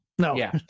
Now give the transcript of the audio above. No